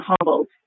humbled